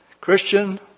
Christian